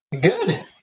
Good